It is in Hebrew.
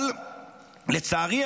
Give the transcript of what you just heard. אבל לצערי,